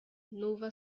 nova